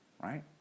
right